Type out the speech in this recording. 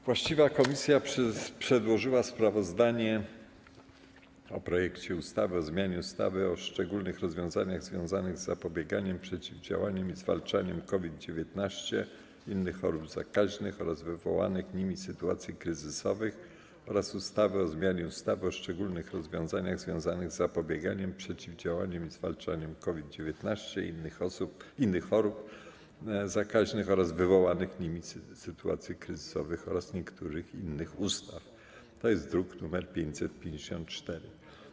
Właściwa komisja przedłożyła sprawozdanie o projekcie ustawy o zmianie ustawy o szczególnych rozwiązaniach związanych z zapobieganiem, przeciwdziałaniem i zwalczaniem COVID-19, innych chorób zakaźnych oraz wywołanych nimi sytuacji kryzysowych oraz ustawy o zmianie ustawy o szczególnych rozwiązaniach związanych z zapobieganiem, przeciwdziałaniem i zwalczaniem COVID-19, innych chorób zakaźnych oraz wywołanych nimi sytuacji kryzysowych oraz niektórych innych ustaw, druk nr 554.